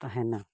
ᱛᱟᱦᱮᱱᱟ